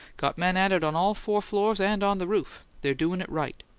got men at it on all four floors and on the roof. they're doin' it right.